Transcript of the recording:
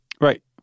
Right